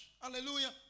Hallelujah